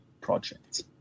projects